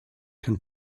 can